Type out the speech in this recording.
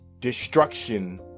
destruction